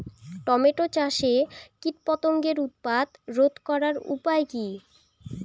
Tomato চাষে কীটপতঙ্গের উৎপাত রোধ করার উপায় কী?